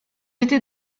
été